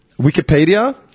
Wikipedia